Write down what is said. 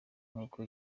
nkuko